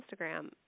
Instagram